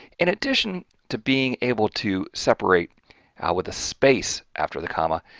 in addition to being able to separate with a space after the comma,